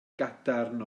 gadarn